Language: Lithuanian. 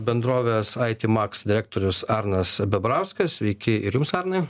bendrovės aiti max direktorius arnas bebrauskas sveiki ir jums arnai